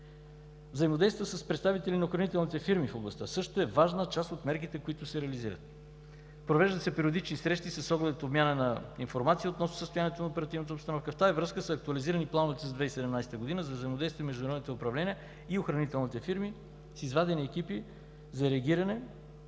Взаимодействието с представители на охранителните фирми в областта също е важна част от мерките, които се реализират. Провеждат се периодични срещи с оглед обмяна на информация относно състоянието на оперативната обстановка. В тази връзка са актуализирани плановете за 2017 г. за взаимодействие между районните управления и охранителните фирми, с изведени екипи за реагиране,